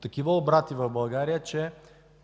такива обрати в България, че